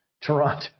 Toronto